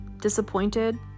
disappointed